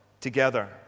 together